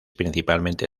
principalmente